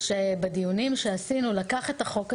שבדיונים שקיימנו לקח את החוק הזה,